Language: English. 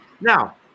Now